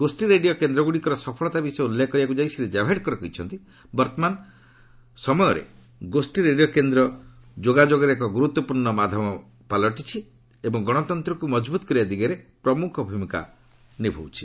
ଗୋଷ୍ଠୀ ରେଡିଓ କେନ୍ଦ୍ରଗୁଡ଼ିକର ସଫଳତା ବିଷୟ ଉଲ୍ଲେଖ କରିବାକୁ ଯାଇ ଶ୍ରୀ ଜାଭଡେକର କହିଛନ୍ତି ବର୍ଭମାନ କାମରେ ଗୋଷୀ ରେଡିଓ କେନ୍ଦ୍ର ଯୋଗାଯୋଗର ଏକ ଗୁରୁତ୍ୱପୂର୍ଣ୍ଣ ମାଧ୍ୟମ ପାଲଟିଛି ଏବଂ ଗଣତନ୍ତକୁ ମଜବୁତ କରିବା ଦିଗରେ ପ୍ରମୁଖ ଭୂମିକା ନିଭାଉଛି